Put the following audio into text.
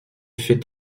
fait